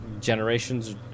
generations